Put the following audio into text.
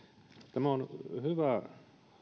tämä on hyvä